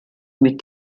mit